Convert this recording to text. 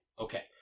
Okay